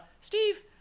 Steve